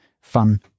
fun